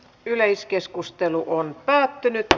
yleiskeskustelu päättyi